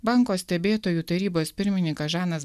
banko stebėtojų tarybos pirmininkas žanas